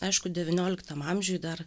aišku devynioliktam amžiuj dar